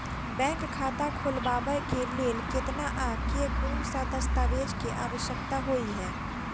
Bank खाता खोलबाबै केँ लेल केतना आ केँ कुन सा दस्तावेज केँ आवश्यकता होइ है?